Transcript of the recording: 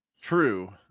True